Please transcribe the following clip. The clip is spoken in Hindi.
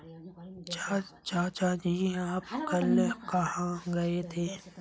चाचा जी आप कल कहां गए थे?